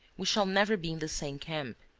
we shall never be in the same camp.